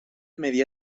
media